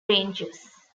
ranges